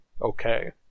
okay